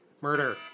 Murder